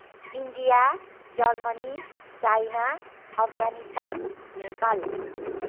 India Germany China Afghanistan Nepal